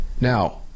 Now